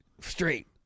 straight